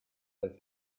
del